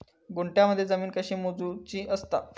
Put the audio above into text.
गुंठयामध्ये जमीन कशी मोजूची असता?